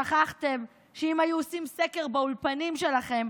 שכחתם שאם היו עושים סקר באולפנים שלכם,